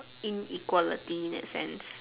inequality in that sense